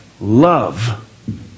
love